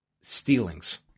stealings